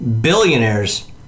Billionaires